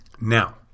Now